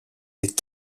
des